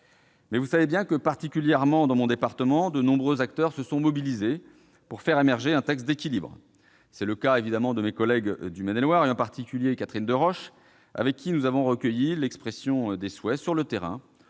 Vous le savez bien, particulièrement dans mon département, de nombreux acteurs se sont mobilisés pour faire émerger un texte d'équilibre. C'est le cas de mes collègues du Maine-et-Loire, et en particulier de Catherine Deroche, avec qui nous avons recueilli l'expression des souhaits sur le terrain,